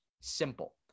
simple